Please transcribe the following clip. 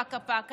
פקה-פקה,